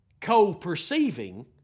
co-perceiving